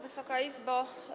Wysoka Izbo!